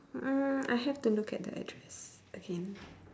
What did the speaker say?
uh I have to look at the address again